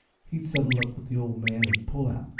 he'd settle up with the old man and pull out,